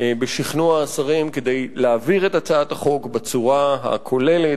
בשכנוע השרים כדי להעביר את הצעת החוק בצורה הכוללת,